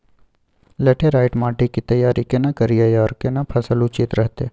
Laterite माटी की तैयारी केना करिए आर केना फसल उचित रहते?